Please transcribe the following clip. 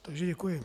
Takže děkuji.